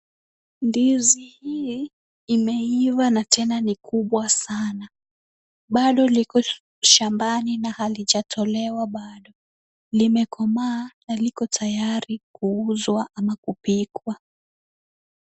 Ndizi hii imeiva na tena ni kubwa sana. Bado liko shambani na halijatolewa bado. Limekomaa na liko tayari kuuzwa ama kupikwa.